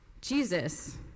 Jesus